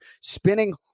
Spinning